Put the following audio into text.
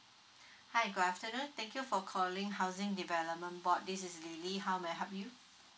hi good afternoon thank you for calling housing development board this is lily how may I help you